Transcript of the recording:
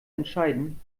entscheiden